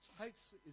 takes